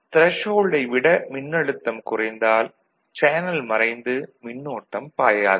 த்ரெஷ்ஹோல்டை விட மின்னழுத்தம் குறைந்தால் சேனல் மறைந்து மின்னோட்டம் பாயாது